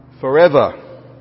forever